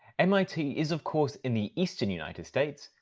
mit is of course in the eastern united states,